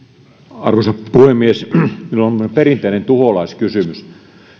arvoisa puhemies minulla on semmoinen perinteinen tuholaiskysymys